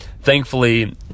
Thankfully